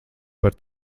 par